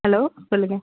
hello சொல்லுங்கள்